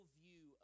view